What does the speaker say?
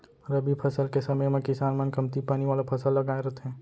रबी फसल के समे म किसान मन कमती पानी वाला फसल लगाए रथें